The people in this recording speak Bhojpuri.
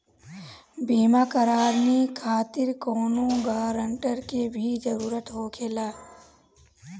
बीमा कराने खातिर कौनो ग्रानटर के भी जरूरत होखे ला?